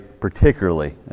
particularly